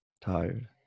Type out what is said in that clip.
Tired